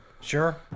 Sure